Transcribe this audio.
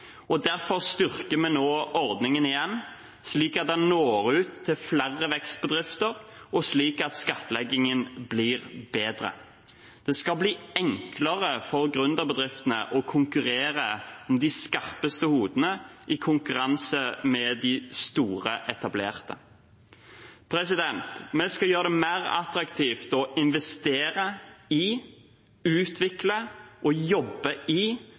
Derfor styrker vi nå ordningen igjen, slik at den når ut til flere vekstbedrifter, og slik at skattleggingen blir bedre. Det skal bli enklere for gründerbedriftene å konkurrere om de skarpeste hodene i konkurranse med de store, etablerte. Vi skal gjøre det mer attraktivt å investere i, utvikle og jobbe i